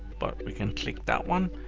but we can click that one,